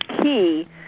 key